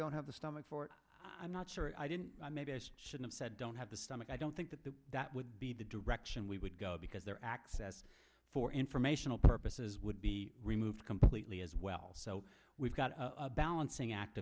don't have the stomach for it i'm not sure should have said don't have the stomach i don't think that the that would be the direction we would go because their access for informational purposes would be removed completely as well so we've got a balancing act